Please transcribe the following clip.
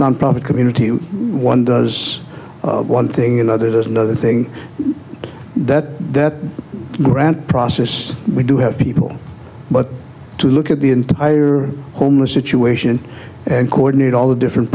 nonprofit community one does one thing another there's another thing that that grant process we do have people but to look at the entire homeless situation and coordinate all the different